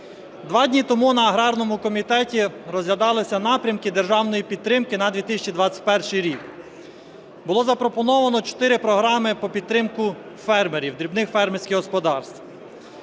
Два дні тому на аграрному комітеті розглядалися напрямки державної підтримки на 2021 рік. Було запропоновано чотири програми про підтримку фермерів, дрібних фермерських господарств.